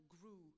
grew